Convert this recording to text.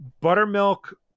buttermilk